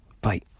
Bye